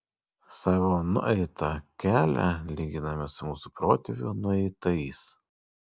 savo nueitą kelią lyginame su mūsų protėvių nueitais